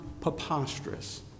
preposterous